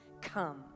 come